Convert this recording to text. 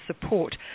support